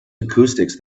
acoustics